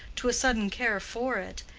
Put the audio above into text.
to a sudden care for it,